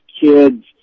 kids